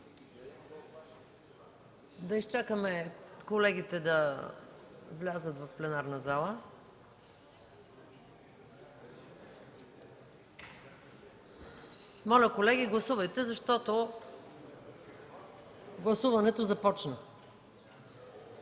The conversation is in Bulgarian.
Да изчакаме колегите да влязат в пленарната зала. Моля, колеги, гласувайте, защото гласуването започна.